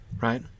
right